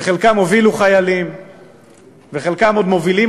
שחלקם הובילו חיילים וחלקם עוד מובילים